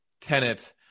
tenant